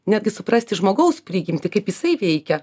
netgi suprasti žmogaus prigimtį kaip jisai veikia